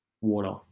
water